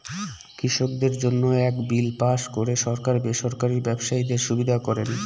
কৃষকদের জন্য এক বিল পাস করে সরকার বেসরকারি ব্যবসায়ীদের সুবিধা করেন